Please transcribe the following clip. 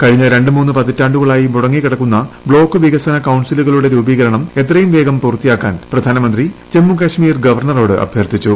കഴിഞ്ഞ രണ്ട് മൂന്ന് പതിറ്റാണ്ടുകളായി മുടങ്ങിക്കിടക്കുന്ന ബ്ലോക്ക് വികസന കൌൺസിലുകളുടെ രൂപീകരണം എത്രയും വേഗം പൂർത്തിയാക്കാൻ പ്രധാനമന്ത്രി ജമ്മു കാശ്മീർ ഗവർണ്റോട്ട് അഭ്യർത്ഥിച്ചു